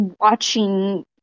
watching